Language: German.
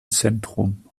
zentrum